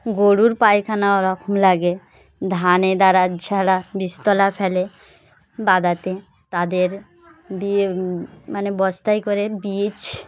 গরুর পায়খানা ওরকম লাগে ধানের দাঁড়া ঝাড়া বিস্তলা ফেলে বাদাতে তাদের দিয়ে মানে বস্তায় করে বীজ